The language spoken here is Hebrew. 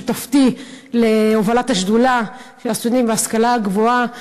שותפתי להובלת השדולה של הסטודנטים וההשכלה הגבוהה.